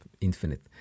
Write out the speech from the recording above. infinite